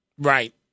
Right